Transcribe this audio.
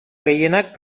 gehienak